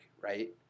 right